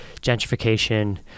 gentrification